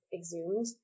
exhumed